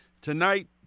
tonight